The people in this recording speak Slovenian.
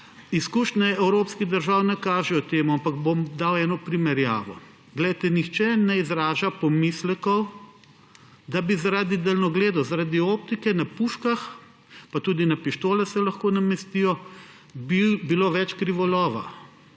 Izkušnje evropskih držav ne kažejo tega. Ampak bom dal eno primerjavo. Nihče ne izraža pomislekov, da bi zaradi daljnogledov, zaradi optike na puškah, pa tudi na pištole se lahko namestijo, bilo več krivolova,